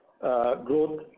growth